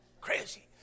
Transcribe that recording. crazy